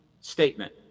statement